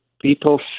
people